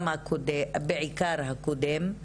בעיקר הקודם,